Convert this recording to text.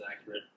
accurate